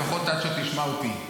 לפחות עד שתשמע אותי.